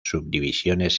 subdivisiones